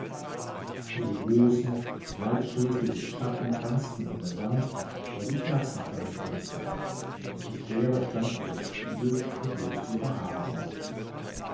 ihre großen breitschultrigen schatten tanzten an der wand weil die kerzenflamme tanzte die claire stand vor dem spiegel und löste ihre haare auf